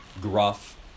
gruff